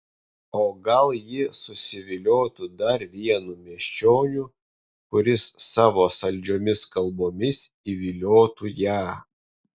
o gal ji susiviliotų dar vienu miesčioniu kuris savo saldžiomis kalbomis įviliotų ją